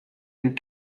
and